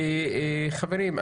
חברים,